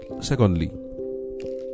secondly